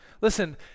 Listen